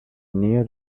near